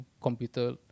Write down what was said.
computer